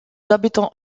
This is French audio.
habitants